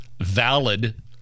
valid